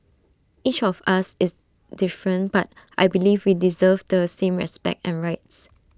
each of us is different but I believe we deserve the same respect and rights